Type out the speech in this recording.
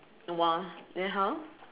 !wah! then how